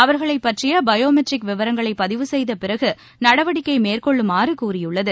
அவர்களை பற்றிய biometric விவரங்களை பதிவு செய்த பிறகு நடவடிக்கை மேற்கொள்ளுமாறு கூறியுள்ளது